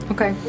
Okay